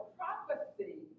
prophecy